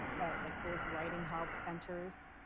but like there's writing help centers.